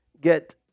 Get